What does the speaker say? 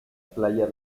playa